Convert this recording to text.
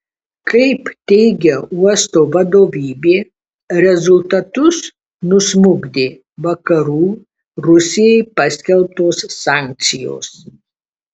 kaip teigia uosto vadovybė rezultatus nusmukdė vakarų rusijai paskelbtos sankcijos